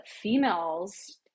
females